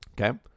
okay